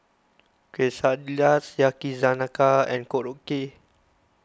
Quesadillas Yakizakana and Korokke